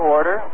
Order